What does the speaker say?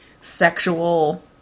sexual